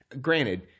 granted